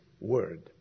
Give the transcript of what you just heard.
word